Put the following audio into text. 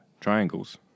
triangles